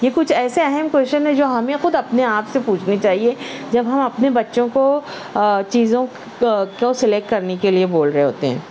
یہ کچھ ایسے اہم کوئیسچن ہیں جو ہمیں خود اپنے آپ سے پوچھنے چاہیے جب ہم اپنے بچوں کو چیزوں کو سلیٹ کرنے کے لیے بول رہے ہوتے ہیں